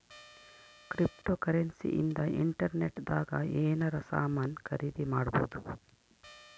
cryptocurrency ಇಂದ internet ದಾಗ ಎನಾರ ಸಾಮನ್ ಖರೀದಿ ಮಾಡ್ಬೊದು